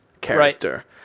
character